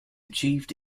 achieved